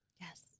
Yes